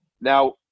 Now